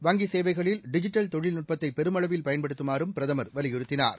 வங்கிச் சேவைகளில் டிஜிட்டல் தொழில்நுட்பத்தை பெருமளவில் பயன்படுத்துமாறும் பிரதமர் வலியுறுத்தினார்